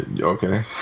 Okay